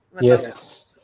Yes